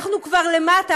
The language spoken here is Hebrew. אנחנו כבר למטה,